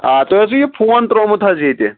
آ تۄہہِ اوسوٕ یہِ فون ترٲومُت حظ ییٚتہِ